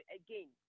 again